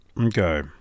Okay